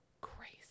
crazy